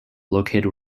located